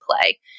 play